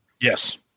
Yes